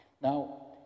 Now